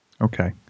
Okay